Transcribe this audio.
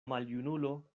maljunulo